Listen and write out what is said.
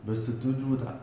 bersetuju tak